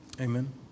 Amen